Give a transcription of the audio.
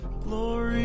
Glory